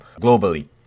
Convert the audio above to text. globally